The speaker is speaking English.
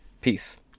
Peace